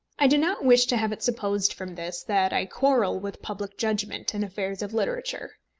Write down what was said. i do not wish to have it supposed from this that i quarrel with public judgment in affairs of literature.